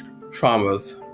traumas